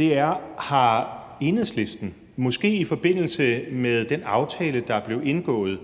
er, om Enhedslisten, måske i forbindelse med den aftale, der blev indgået